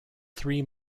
three